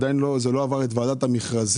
הבא: